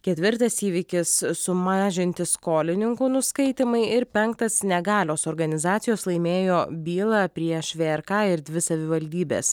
ketvirtas įvykis sumažinti skolininkų nuskaitymai ir penktas negalios organizacijos laimėjo bylą prieš vrk ir dvi savivaldybes